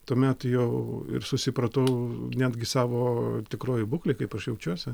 tuomet jau ir susipratau netgi savo tikroji būklė kaip aš jaučiuosi